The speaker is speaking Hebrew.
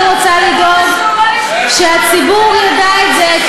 לפחות אני רוצה לגרום לכך שהציבור ידע את זה.